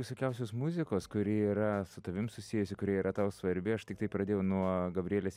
visokiausios muzikos kuri yra su tavim susijusi kuri yra tau svarbi aš tiktai pradėjau nuo gabrielės